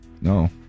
No